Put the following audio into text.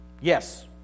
Yes